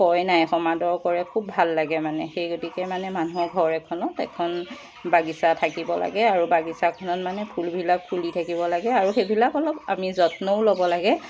কয় নাই সমাদৰ কৰে খুব ভাল লাগে মানে সেই গতিকে মানে মানুহৰ ঘৰ এখনত এখন বাগিচা থাকিব লাগে আৰু বাগিচাখনত মানে ফুলবিলাক ফুলি থাকিব লাগে আৰু সেইবিলাক অলপ আমি যত্নও ল'ব লাগে